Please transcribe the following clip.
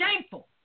shameful